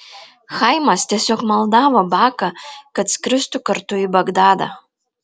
chaimas tiesiog maldavo baką kad skristų kartu į bagdadą